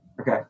Okay